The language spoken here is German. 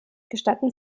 gestatten